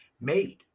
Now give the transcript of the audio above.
made